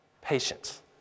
Patience